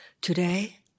Today